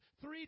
three